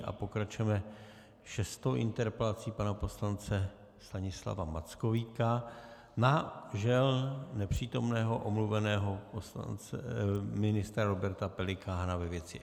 A pokračujeme šestou interpelací pana poslance Stanislava Mackovíka na žel nepřítomného, omluveného ministra Roberta Pelikána ve věci exekutorů.